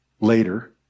later